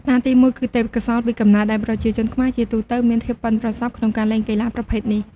កត្តាទីមួយគឺទេពកោសល្យពីកំណើត ដែលប្រជាជនខ្មែរជាទូទៅមានភាពប៉ិនប្រសប់ក្នុងការលេងកីឡាប្រភេទនេះ។